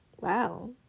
Wow